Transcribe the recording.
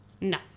No